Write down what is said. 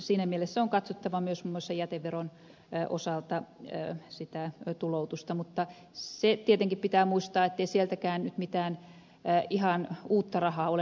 siinä mielessä on katsottava myös muun muassa jäteveron osalta sitä tuloutusta mutta se tietenkin pitää muistaa ettei sieltäkään nyt mitään ihan uutta rahaa ole löydettävissä